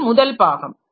இது முதல் பாகம்